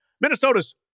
Minnesota's